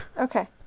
Okay